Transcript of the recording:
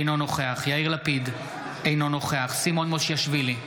אינו נוכח יאיר לפיד, אינו נוכח סימון מושיאשוילי,